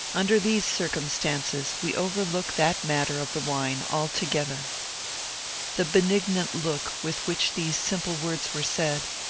under these circumstances we overlook that matter of the wine altogether the benignant look with which these simple words were said,